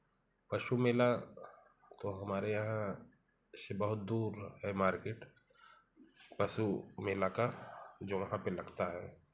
पशु मेला तो हमारे यहाँ से बहुत दूर है मार्केट पशु मेला का जो वहाँ पर लगता है